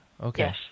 okay